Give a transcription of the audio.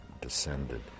descended